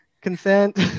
consent